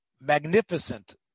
magnificent